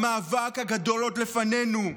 המאבק הגדול עוד לפנינו.